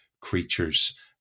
creatures